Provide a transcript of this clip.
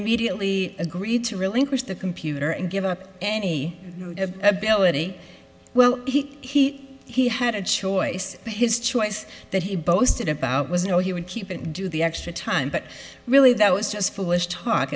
immediately agreed to relinquish the computer and give up any ability well he he had a choice but his choice that he boasted about was no he would keep and do the extra time but really that was just foolish talk